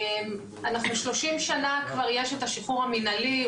אנחנו 30 שנה כבר יש את השחרור המנהלי.